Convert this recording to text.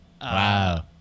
Wow